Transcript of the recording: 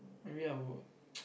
maybe I would